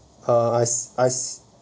uh I I